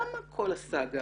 למה כל הסאגה?